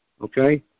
okay